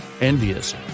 Envious